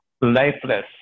lifeless